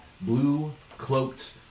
blue-cloaked